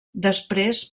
després